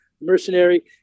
mercenary